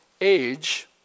age